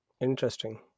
Interesting